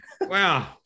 Wow